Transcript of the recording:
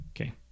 Okay